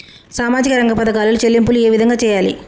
సామాజిక రంగ పథకాలలో చెల్లింపులు ఏ విధంగా చేయాలి?